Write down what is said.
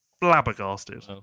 flabbergasted